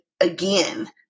again